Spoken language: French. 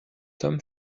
homme